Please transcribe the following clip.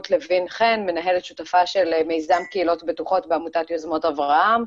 רות מעמותת יוזמות אברהם.